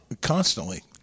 constantly